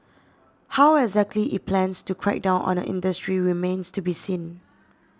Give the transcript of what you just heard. how exactly it plans to crack down on the industry remains to be seen